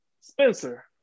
Spencer